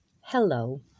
Hello